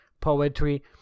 poetry